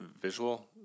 visual